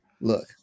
look